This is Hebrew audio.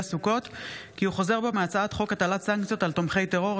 סוכות כי הוא חוזר בו מהצעת חוק הטלת סנקציות על תומכי טרור,